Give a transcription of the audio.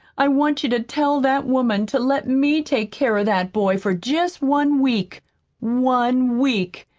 i want you to tell that woman to let me take care of that boy for jest one week one week,